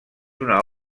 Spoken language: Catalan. una